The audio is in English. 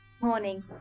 Morning